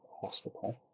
Hospital